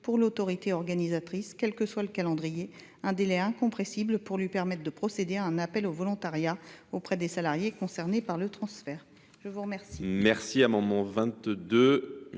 pour l’autorité organisatrice, quel que soit le calendrier, un délai incompressible pour procéder à un appel au volontariat auprès des salariés concernés par le transfert. La parole